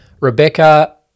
Rebecca